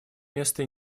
место